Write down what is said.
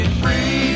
free